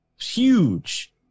huge